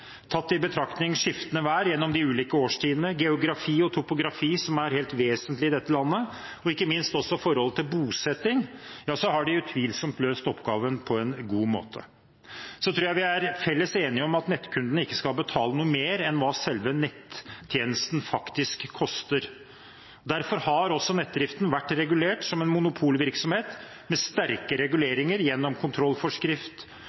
Tatt i betraktning skiftende vær gjennom de ulike årstidene og geografi og topografi, som er helt vesentlig i dette landet, ikke minst også når det gjelder bosetting, har de utvilsomt løst oppgaven på en god måte. Så tror jeg vi alle er enige om at nettkundene ikke skal betale noe mer enn hva selve nettjenesten faktisk koster. Derfor har nettdriften vært regulert som en monopolvirksomhet, med sterke